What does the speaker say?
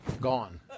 Gone